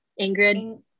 Ingrid